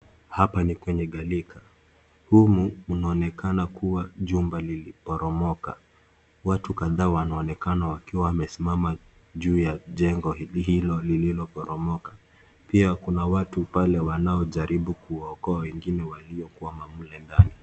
Hapa ni kwenye galika, humu unaonekana kuwa jumba liliboromoka, watu kadhaa wanaonekana wakiwa wamesimama juu ya jengo hilo lililoboromoka. Pia kuna watu pale wanao jaribu kuwaokoa wengine waliokwama kule ndani.